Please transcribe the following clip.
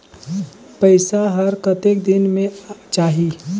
पइसा हर कतेक दिन मे जाही?